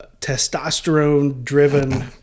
testosterone-driven